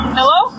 Hello